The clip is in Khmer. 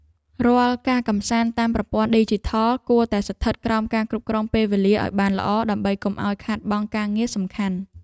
រាល់ការកម្សាន្តតាមប្រព័ន្ធឌីជីថលគួរតែស្ថិតក្រោមការគ្រប់គ្រងពេលវេលាឱ្យបានល្អដើម្បីកុំឱ្យខាតបង់ការងារសំខាន់។